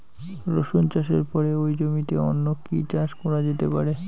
রসুন চাষের পরে ওই জমিতে অন্য কি চাষ করা যেতে পারে?